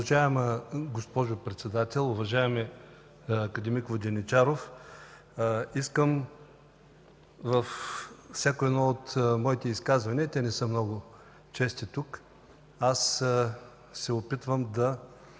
Уважаема госпожо Председател, уважаеми акад. Воденичаров! Искам във всяко едно от моите изказвания, те не са много чести тук, да се опитам да